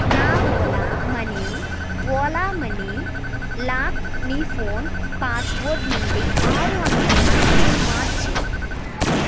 నా Ola money Ola money లాక్ని phone password నుండి ఆరు అంకెల పిన్ మార్చు